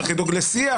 צריך לדאוג לשיח,